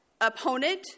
opponent